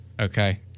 okay